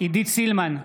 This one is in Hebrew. עידית סילמן,